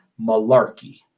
malarkey